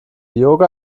yoga